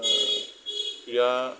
ক্ৰীড়া